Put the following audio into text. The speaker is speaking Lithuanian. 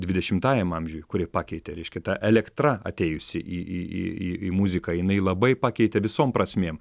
dvidešimtajam amžiui kurį pakeitė reiškia ta elektra atėjusi į į į į į muziką jinai labai pakeitė visom prasmėm